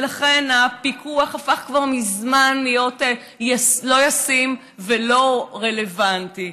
ולכן הפיקוח הפך כבר מזמן להיות לא ישים ולא רלוונטי.